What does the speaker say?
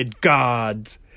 gods